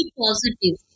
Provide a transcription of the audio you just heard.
positive